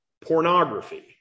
pornography